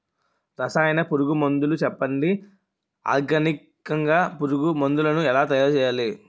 రసాయన పురుగు మందులు చెప్పండి? ఆర్గనికంగ పురుగు మందులను ఎలా తయారు చేయాలి?